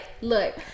look